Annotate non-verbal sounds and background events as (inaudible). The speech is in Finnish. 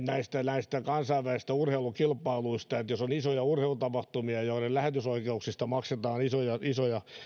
(unintelligible) näistä näistä kansainvälisistä urheilukilpailuista eli jos on isoja urheilutapahtumia joiden lähetysoikeuksista maksetaan isoja isoja